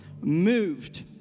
moved